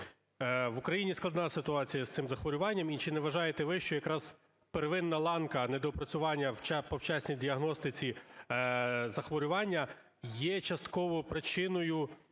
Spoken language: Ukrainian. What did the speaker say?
В Україні складна ситуація з цих захворюванням, і чи не вважаєте ви, що якраз, первинна ланка недоопрацювання по вчасній діагностиці захворювання є частково причиною